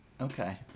Okay